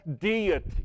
deity